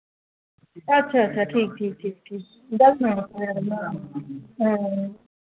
अच्छा अच्छा ठीक ठीक ठीक ठीक